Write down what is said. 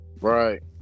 Right